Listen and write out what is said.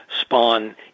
spawn